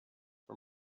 for